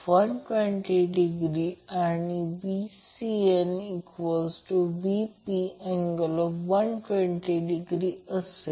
तर हे sin 90 o theta cos theta किंवा cos 90 o theta sin theta आहे यात कोणताही गोंधळ होऊ नये